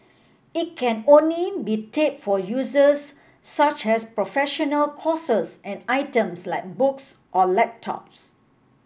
it can only be tap for uses such as professional courses and items like books or laptops